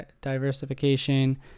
diversification